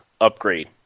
upgrade